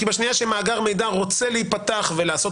כי בשנייה שמאגר מידע רוצה להיפתח ולעשות